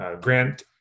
grant